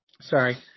sorry